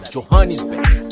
Johannesburg